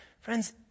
Friends